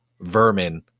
vermin